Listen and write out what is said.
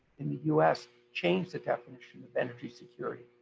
and the us changed the definition of energy security.